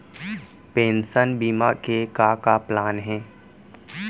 Pension बीमा के का का प्लान हे?